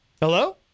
Hello